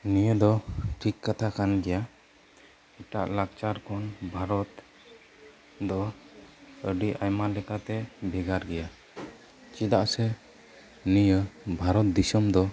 ᱱᱤᱭᱟᱹ ᱫᱚ ᱴᱷᱤᱠ ᱠᱟᱛᱷᱟ ᱠᱟᱱ ᱜᱮᱭᱟ ᱮᱴᱟᱜ ᱞᱟᱠᱪᱟᱨ ᱠᱷᱚᱱ ᱵᱷᱟᱨᱚᱛ ᱫᱚ ᱟᱹᱰᱤ ᱟᱭᱢᱟ ᱞᱮᱠᱟᱛᱮ ᱵᱷᱮᱜᱟᱨ ᱜᱮᱭᱟ ᱪᱮᱫᱟᱜ ᱥᱮ ᱱᱤᱭᱟᱹ ᱵᱷᱟᱨᱚᱛ ᱫᱤᱥᱚᱢ ᱫᱚ